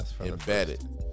Embedded